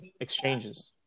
exchanges